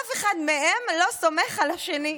שאף אחד מהם לא סומך על השני.